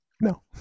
No